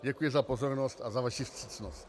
Děkuji za pozornost a za vaši vstřícnost.